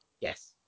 Yes